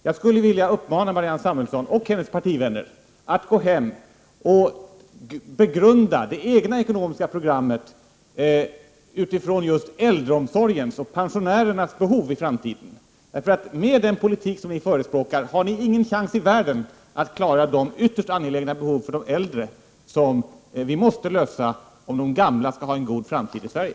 Jag skulle vilja uppmana Marianne Samuelsson och hennes partivänner att gå hem och begrunda det egna ekonomiska programmet utifrån just äldreomsorgens och pensionärernas behov i framtiden. Med den politik som ni förespråkar har vi ingen chans i världen att klara de ytterst angelägna behov för de äldre som vi måste tillgodose, om de gamla skall ha en god framtid i Sverige.